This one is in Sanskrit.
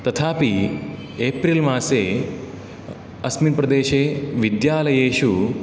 तथापि एप्रिल् मासे अस्मिन् प्रदेशे विद्यालयेषु